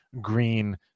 green